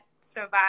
survive